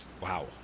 Wow